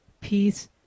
peace